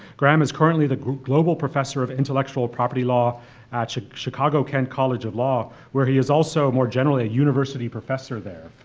graeme is currently the global professor of intellectual property law at chicago-kent college of law where he is also, more generally, a university professor there,